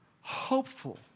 hopeful